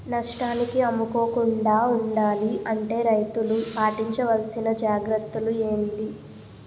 నష్టానికి అమ్ముకోకుండా ఉండాలి అంటే రైతులు పాటించవలిసిన జాగ్రత్తలు ఏంటి